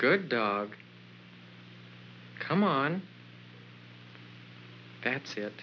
good dog come on that's it